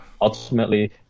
ultimately